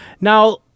Now